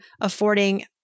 affording